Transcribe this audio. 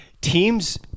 Teams